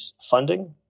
funding